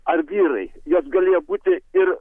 ar vyrai jos galėjo būti ir